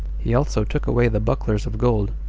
he also took away the bucklers of gold,